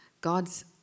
God's